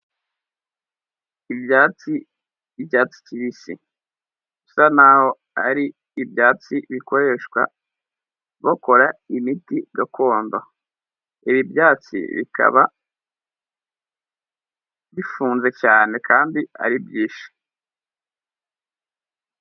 Ibyatsi by'icyatsi kibisi, bisa naho ari ibyatsi bikoreshwa bakora imiti gakondo, ibi byatsi bikaba bifunze cyane kandi ari byinshi.